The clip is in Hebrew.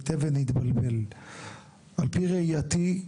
על פי ראייתי,